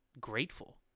grateful